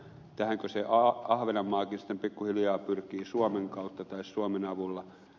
tähänkö se ahvenanmaakin sitten pikkuhiljaa pyrkii suomen kautta tai suomen avulla